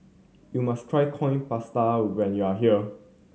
you must try Coin Prata when you are here